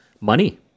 money